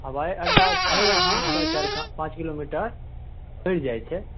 हवाई अड्डा छै अहाँके चारि पाँच किलोमीटर परि जाइ छै